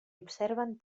observen